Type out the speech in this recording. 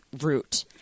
route